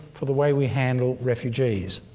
for the way we handle refugees.